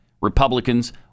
Republicans